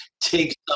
Take